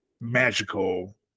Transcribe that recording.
magical